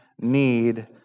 need